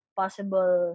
possible